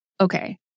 okay